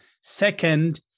Second